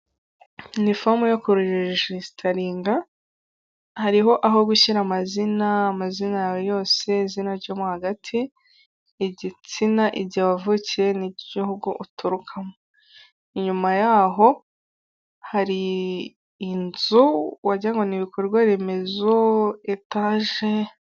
Ni fomu yo kurejisitaringa, hariho aho gushyira amazina, amazina yawe yose, izina ryo mo hagati, igitsina, igihe wavukiye n'igihugu uturukamo. Inyuma yaho hari inzu wagira ngo ni ibikorwa remezo, etaje